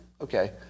okay